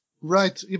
Right